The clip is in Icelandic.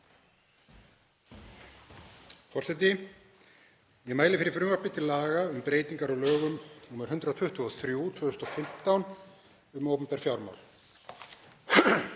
Forseti. Ég mæli fyrir frumvarpi til laga um breytingar á lögum nr. 123/2015, um opinber fjármál;